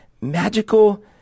magical